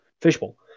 fishbowl